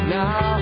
now